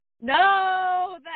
No